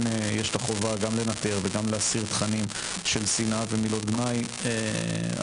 יש את החובה גם לנטר וגם להסיר תכנים של שנאה ומילות גנאי שמתבטאים